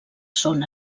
són